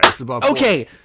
Okay